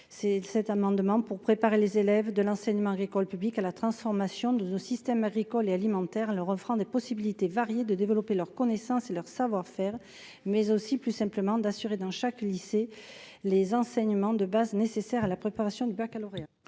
cet amendement pour préparer les élèves de l'enseignement agricole public à la transformation de nos systèmes agricoles et alimentaires, leur offrant des possibilités variées de développer leurs connaissances et leur savoir-faire mais aussi plus simplement d'assurer dans chaque lycée, les enseignements de base nécessaires à la préparation du Baccalauréat.